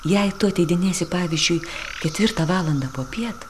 jei tu ateidinėsi pavyzdžiui ketvirtą valandą popiet